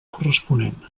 corresponent